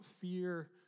fear